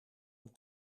een